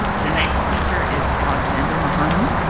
the next speaker is alexander majano